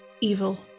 evil